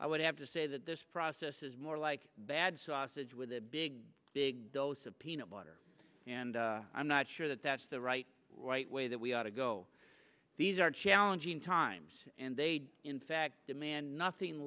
i would have to say that this process is more like a bad sausage with a big big dose of peanut butter and i'm not sure that that's the right white way that we ought to go these are challenging times and they did in fact demand nothing